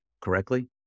correctly